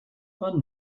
war